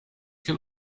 can